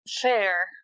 Fair